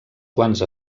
quants